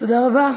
תודה רבה.